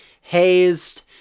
hazed